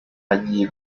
hagiye